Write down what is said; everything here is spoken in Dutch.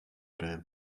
ruim